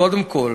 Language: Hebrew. קודם כול,